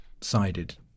sided